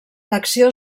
elecció